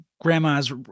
grandma's